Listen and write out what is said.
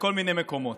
בכל מיני מקומות,